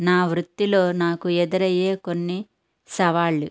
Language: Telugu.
నా వృత్తిలో నాకు ఎదురయ్యే కొన్ని సవాళ్లు